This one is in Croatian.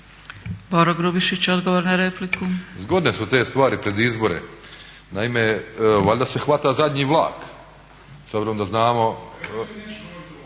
**Grubišić, Boro (HDSSB)** Zgodne su te stvari pred izbore. Naime, valjda se hvata zadnji vlak s obzirom da znamo.